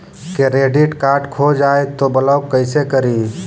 Credit card खो जाए तो ब्लॉक कैसे करी?